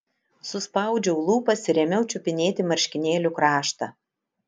suspaudžiau lūpas ir ėmiau čiupinėti marškinėlių kraštą